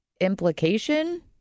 implication